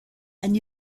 and